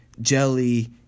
jelly